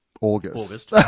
August